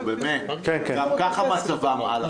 גם ככה מצבם על הפנים.